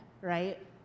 right